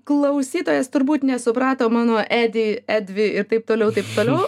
klausytojas turbūt nesuprato mano edi edvi ir taip toliau taip toliau